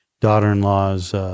daughter-in-law's